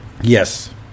Yes